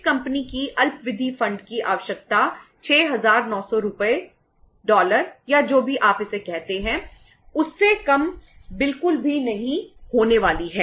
इस कंपनी या जो भी आप इसे कहते हैं उससे कम बिल्कुल भी नहीं होने वाली है